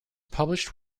published